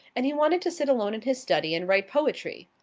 and he wanted to sit alone in his study and write poetry.